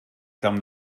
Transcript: termes